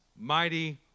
Mighty